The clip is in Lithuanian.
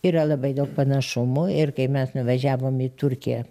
yra labai daug panašumų ir kai mes nuvažiavom į turkiją